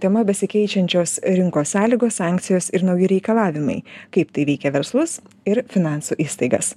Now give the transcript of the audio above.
tema besikeičiančios rinkos sąlygos sankcijos ir nauji reikalavimai kaip tai veikia verslus ir finansų įstaigas